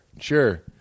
Sure